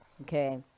okay